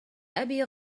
أبي